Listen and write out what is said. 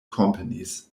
companies